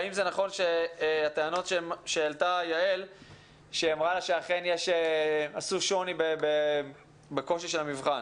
האם זה נכון שהטענות שהעלתה יעל שאמרה שאכן עשו שוני בקושי של המבחן,